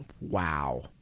Wow